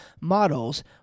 models